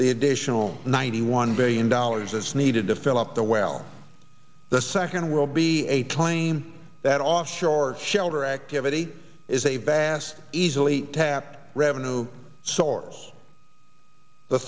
the additional ninety one billion dollars is needed to fill up the well the second will be a plane that offshore shelter activity is a bass easily tapped revenue source the